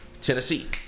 Tennessee